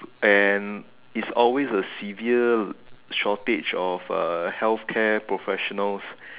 and it's always a severe shortage of uh healthcare professionals